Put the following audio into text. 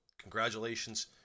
congratulations